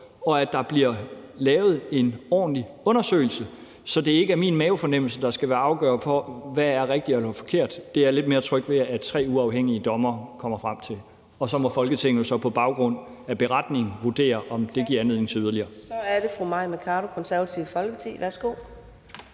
og at der bliver lavet en ordentlig undersøgelse, så det ikke er min mavefornemmelse, der skal være afgørende for, hvad der er rigtigt eller forkert. Det er jeg lidt mere tryg ved at tre uafhængige dommere kommer frem til, og så må Folketinget jo så på baggrund af beretningen vurdere, om det giver anledning til yderligere. Kl. 13:26 Fjerde næstformand (Karina